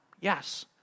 Yes